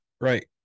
right